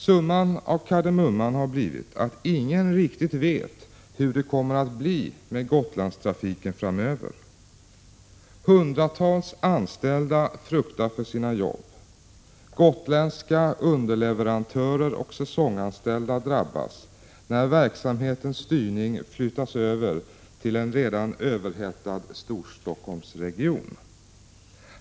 Summan av kardemumman har blivit att ingen riktigt vet hur det kommer att bli med Gotlandstrafiken framöver. Hundratals anställda fruktar för sina jobb. Gotländska underleverantörer och säsonganställda drabbas när verksamhetens styrning flyttas över till en redan överhettad Storstockholmsregion.